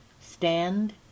Stand